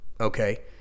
Okay